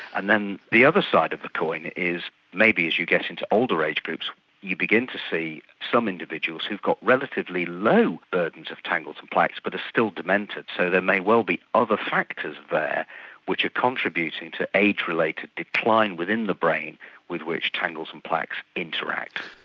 and then the other side of the coin is maybe as you get into older age groups you begin to see some individuals who've got relatively low burdens of tangles and plaques but are still demented. so there may well be other factors there which are contributing to age related decline within the brain with which tangles and plaques interact.